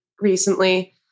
recently